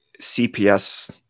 CPS